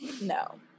no